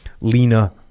lena